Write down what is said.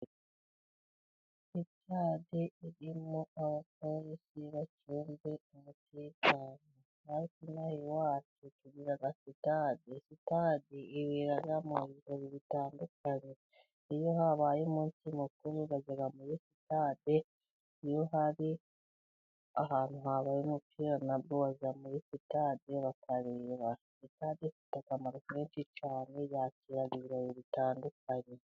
Sitade irimo abakinyi bari gukina umupira, sitade iberamo ibirori bitandukanye, iyo habaye umunsi mukuru bagera muri sitade, ni iyo hari ahantu habaye umupira na bo bayja muri sitade, bakareba sitade ifite akamaro kenshi hamwe yakira ibirori bitandukanye.